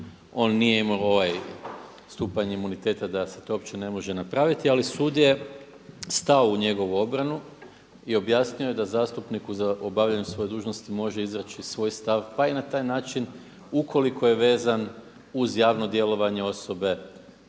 on nije imao ovaj stupanj imuniteta da se to opće ne može napraviti ali sud je stao u njegovo obranu i objasnio je da zastupniku za obavljanje svoje dužnosti može izreći svoj stav pa i na taj način ukoliko je vezan uz javno djelovanje osobe